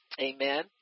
Amen